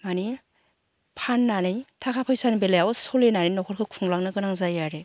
मानि फान्नानै थाखा फैसानि बेलायाव सलिनानै नखरखौ खुंलांनो गोनां जायो आरो